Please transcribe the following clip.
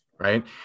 right